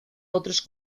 otros